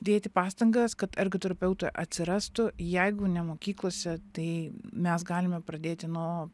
dėti pastangas kad ergoterapeutai atsirastų jeigu ne mokyklose tai mes galime pradėti nuo